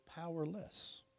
powerless